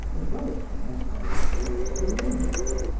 as well as from the hierarchic solemnity,